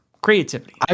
Creativity